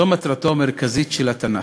זו מטרתו המרכזית של התנ"ך.